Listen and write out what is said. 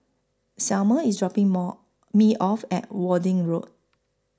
Selmer IS dropping More Me off At Worthing Road